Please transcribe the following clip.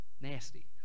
nasty